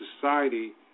society